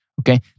okay